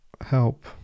help